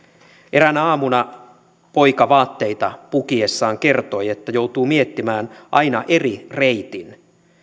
eräänä aamuna poika vaatteita pukiessaan kertoi että joutuu miettimään aina eri reitin